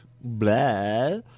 Blah